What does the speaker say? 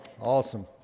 Awesome